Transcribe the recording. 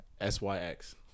S-Y-X